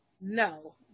No